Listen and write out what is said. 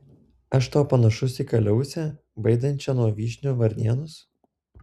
aš tau panašus į kaliausę baidančią nuo vyšnių varnėnus